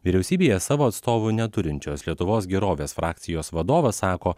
vyriausybėje savo atstovų neturinčios lietuvos gerovės frakcijos vadovas sako